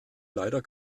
leider